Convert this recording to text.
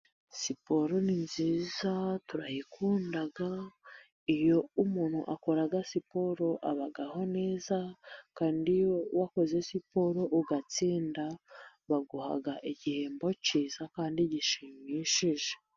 Siporo ni nziza turayikunda, iyo umuntu akora siporo abaho neza, kandi iyo wakoze siporo ugatsinda baguha igihembo cyiza kandi gishimishije.